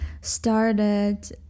started